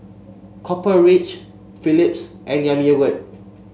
Copper Ridge Philips and Yami Yogurt